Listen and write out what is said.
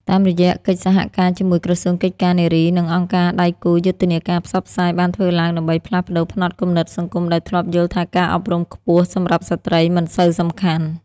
តាមរយៈកិច្ចសហការជាមួយក្រសួងកិច្ចការនារីនិងអង្គការដៃគូ យុទ្ធនាការផ្សព្វផ្សាយបានធ្វើឡើងដើម្បីផ្លាស់ប្តូរផ្នត់គំនិតសង្គមដែលធ្លាប់យល់ថាការអប់រំខ្ពស់សម្រាប់ស្ត្រីមិនសូវសំខាន់។